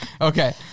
okay